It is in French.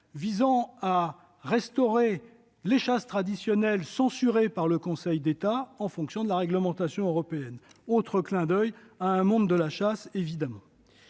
visant à restaurer les chasses traditionnelles, censurées par le Conseil d'État en fonction de la réglementation européenne, autre clin d'oeil évidemment,